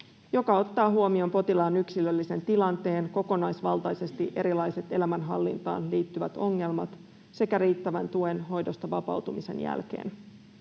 joka ottaa huomioon potilaan yksilöllisen tilanteen kokonaisvaltaisesti, erilaiset elämänhallintaan liittyvät ongelmat sekä riittävän tuen hoidosta vapautumisen jälkeen.